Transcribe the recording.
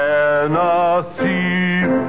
Tennessee